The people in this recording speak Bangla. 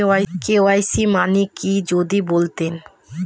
কে.ওয়াই.সি মানে কি যদি বলতেন?